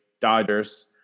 Dodgers